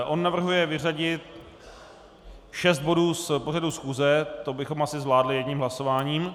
On navrhuje vyřadit šest bodů z pořadu schůze, to bychom asi zvládli jedním hlasováním.